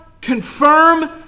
confirm